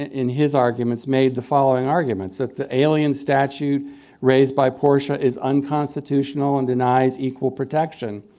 in his arguments, made the following arguments. that the alien statute raised by portia is unconstitutional and denies equal protection.